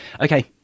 Okay